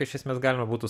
iš esmės galima būtų